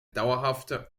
dauerhafte